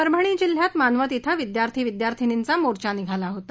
परभणी जिल्ह्यात मानवत ॐ विद्यार्थी विद्यार्थींनींचा मोर्चा निघाला होता